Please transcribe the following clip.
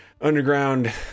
underground